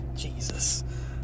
Jesus